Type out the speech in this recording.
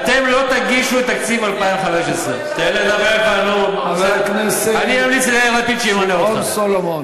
אתם לא תגישו את תקציב 2015. חבר הכנסת שמעון סולומון.